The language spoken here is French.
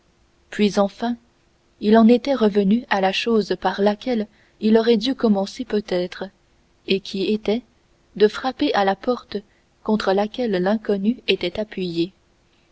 puis enfin il en était revenu à la chose par laquelle il aurait dû commencer peut-être et qui était de frapper à la porte contre laquelle l'inconnu était appuyé